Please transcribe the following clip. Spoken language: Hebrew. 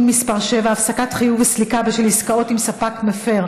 מס' 7) (הפסקת חיוב וסליקה בשל עסקאות עם ספק מפר),